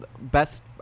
best